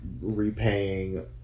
repaying